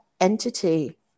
entity